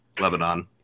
Lebanon